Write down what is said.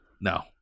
No